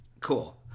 Cool